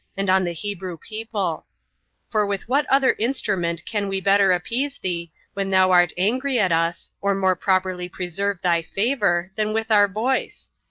and on the hebrew people for with what other instrument can we better appease thee when thou art angry at us, or more properly preserve thy favor, than with our voice?